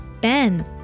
Ben